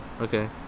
Okay